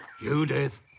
Judith